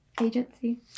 agency